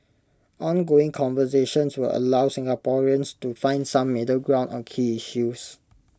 ongoing conversations will allow Singaporeans to find some middle ground on key issues